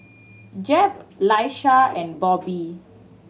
Jep Laisha and Bobbi